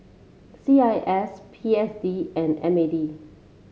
C I S P S D and M A D